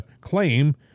claim